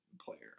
player